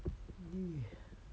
!ee!